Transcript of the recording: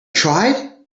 tried